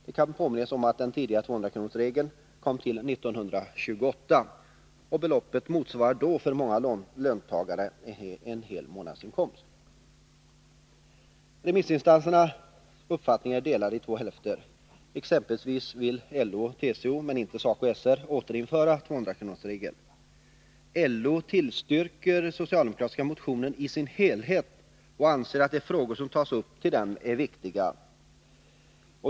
Det kan påminnas om att den tidigare 200-kronorsregeln kom till år 1928, och beloppet motsvarade då för många löntagare en hel månadsinkomst. Remissinstansernas uppfattningar är delade i två hälfter. Så t.ex. vill LO och TCO men inte SACO/SR återinföra 200-kronorsregeln. LO tillstyrker den socialdemokratiska motionen i dess helhet och anser att de frågor som tas upp i den är viktiga.